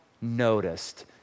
noticed